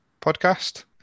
podcast